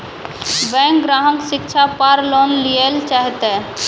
Bank ग्राहक शिक्षा पार लोन लियेल चाहे ते?